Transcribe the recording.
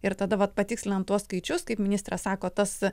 ir tada vat patikslinam tuos skaičius kaip ministras sako tas